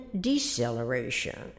deceleration